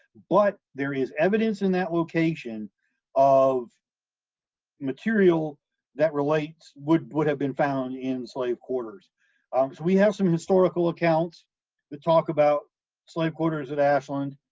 but there is evidence in that location of material that relates would, would have been found in slave quarters. so ah we have some historical accounts that talk about slave quarters at ashland,